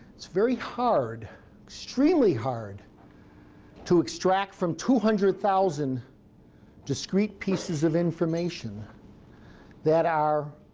it's very hard extremely hard to extract from two hundred thousand discrete pieces of information that are